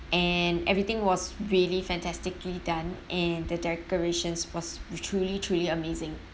and everything was really fantastically done and the decorations was truly truly amazing